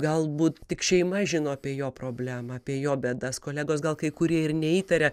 galbūt tik šeima žino apie jo problemą apie jo bėdas kolegos gal kai kurie ir neįtaria